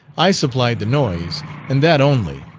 i supplied the noise and that only.